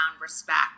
respect